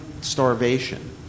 starvation